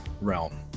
realm